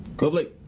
lovely